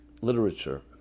literature